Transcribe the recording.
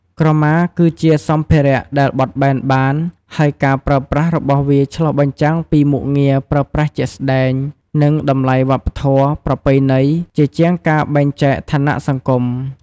ក្រមាគឺជាសម្ភារៈដែលបត់បែនបាន ហើយការប្រើប្រាស់របស់វាឆ្លុះបញ្ចាំងពី មុខងារប្រើប្រាស់ជាក់ស្តែង និងតម្លៃវប្បធម៌ ប្រពៃណី ជាជាងការបែងចែកឋានៈសង្គម។